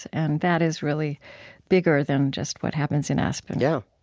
and that is really bigger than just what happens in aspen yeah